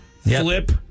flip